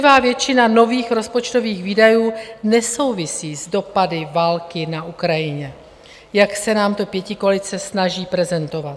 Drtivá většina nových rozpočtových výdajů nesouvisí s dopady války na Ukrajině, jak se nám to pětikoalice snaží prezentovat.